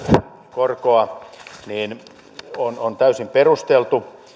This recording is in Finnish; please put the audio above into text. korkoa on on täysin perusteltu